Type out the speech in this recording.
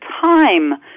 time